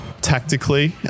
tactically